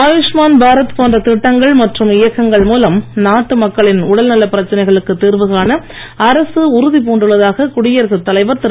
ஆயுஷ்மான் பாரத் போன்ற திட்டங்கள் மற்றும் இயக்கங்கள் மூலம் நாட்டு மக்களின் உடல்நல பிரச்னைகளுக்கு தீர்வு காண அரசு உறுதிப் பூண்டுள்ளதாக குடியரசுத் தலைவர் திரு